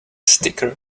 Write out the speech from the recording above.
sticker